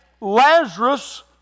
Lazarus